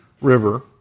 River